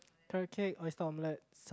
carrot-cake oyster-omelette